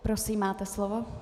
Prosím, máte slovo.